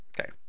Okay